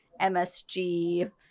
MSG